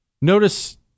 Notice